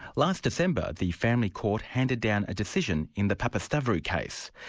last december, the family court handed down a decision in the papastavrou case.